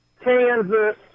Kansas